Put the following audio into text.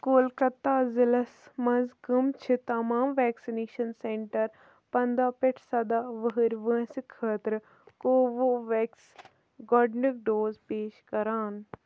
کولکَتہ ضِلعس منٛز کٕم چھِ تمام ویکسِنیشَن سینٛٹَر پنٛداہ پٮ۪ٹھ سَداہ ؤہرۍ وٲنٛسہِ خٲطرٕکوٚوو وٮ۪کس گۄڈنیُک ڈوز پیش کران